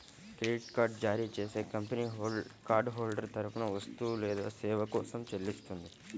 credit card జారీ చేసే company card holder తరపున వస్తువు లేదా సేవ కోసం చెల్లిస్తుంది